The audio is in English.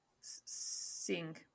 sing